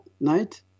night